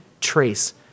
trace